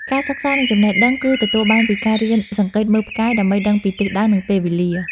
ការសិក្សា និងចំណេះ គឺទទួលបានពីការរៀនសង្កេតមើលផ្កាយដើម្បីដឹងពីទិសដៅ និងពេលវេលា។